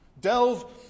Delve